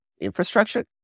infrastructure